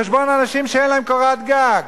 על חשבון אנשים שאין להם קורת גג.